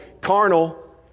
carnal